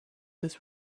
his